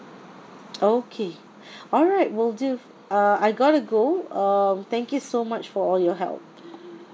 okay all right will do uh I gotta go um thank you so much for all your help